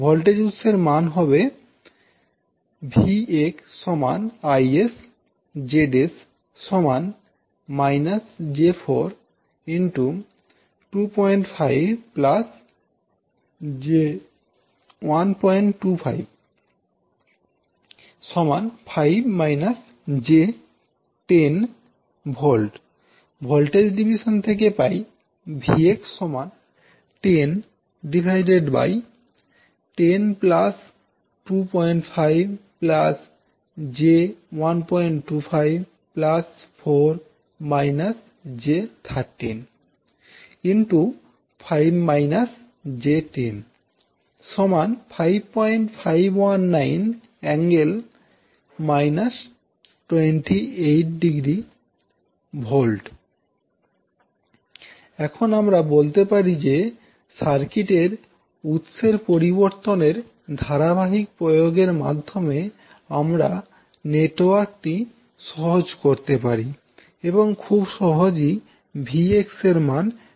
voltage উৎসের মান হবে Vx IsZs −j425 j125 5 − j10 V voltage division থেকে পাই Vx 1010 25 j125 4 − j135 − j10 5519∠ − 28° V এখন আমরা বলতে পারি যে সার্কিটের উৎস এর পরিবর্তনের ধারাবাহিক প্রয়োগের মাধ্যমে আমরা নেটওয়ার্কটি সহজ করতে পারি এবং খুব সহজেই Vx এর মান নির্ণয় করতে পারি